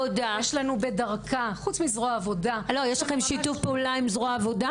יש לנו "בדרכה" --- אני רוצה לדעת אם יש שיתוף פעולה עם זרוע עבודה?